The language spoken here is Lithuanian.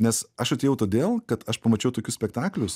nes aš atėjau todėl kad aš pamačiau tokius spektaklius